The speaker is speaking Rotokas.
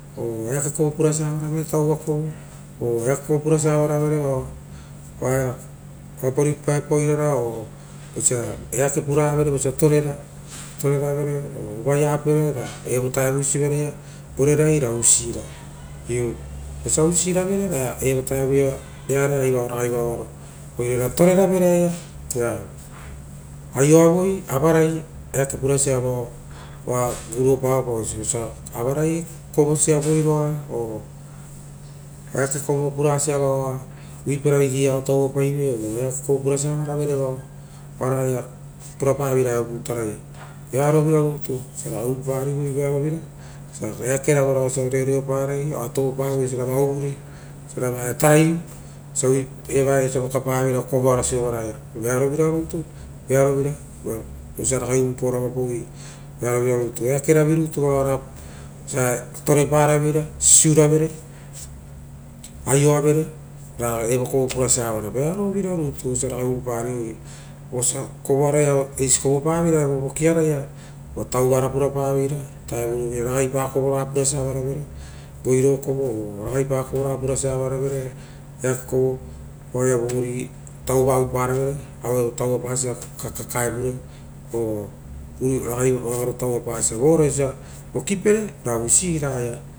Oo eake kovo purasia avaravere tauva kovo oo eake kovo purasia avaravere vaoia oapa rupapaepa oirara oo vosia eake puravere osia tre ravere oo ovaea pere ra evo vuta sovaraia vorerai usi sia. Eu vosia usiraverera evotaevuia evarae ragai varo, ra vosia usira verera ra toreravere voava torerai avarai eake pura sia oaepao rugopa vo osia a vara kovosia vo voiroa, oeake kovo pura sia vao oa a vuipai ra egei ao tauvapai vo oo eake kovo purasia avara vere oa igei ao tauvapaveira vorokiro rutu ia, vearo vira rutu vosia ragai uvupariovo osia reoreo para oa tovopa voi osiara ragai uvuri oisiara vaia tarai evaia osia vokapavera kovoara sovaraia, vearovira rutu, vearovira vosia ragai uvupaoro avapaue, vearovira rutu eake navi rutu oara, vosia toreparaveira sisiuravere ioavera u evo kovo purasia avaravere veao vira rutu osia ragai uvuparivoi osia kovoara iava eisi kovopaveira vokiaraia oo tauvora purapavera ovutarovaia ragai pa kovoraga purasia avaravere voiro kovo oo ragai pa kovora purasia avaravere eake kovo oaia tauvao opavere kaekaevure tauvapasia vore osia vokiperera usira aia.